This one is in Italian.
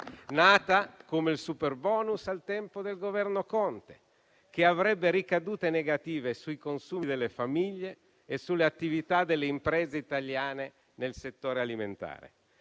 nata, come il superbonus, al tempo del Governo Conte, che avrebbe ricadute negative sui consumi delle famiglie e sulle attività delle imprese italiane nel settore alimentare.